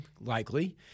likely